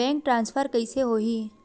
Bank transfer कइसे होही?